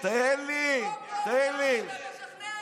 אתה לא מתבייש?